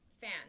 fan